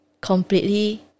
completely